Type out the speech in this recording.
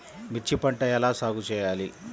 మిర్చి పంట ఎలా సాగు చేయాలి?